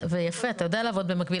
ואני רוצה להשתמש במושג